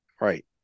Right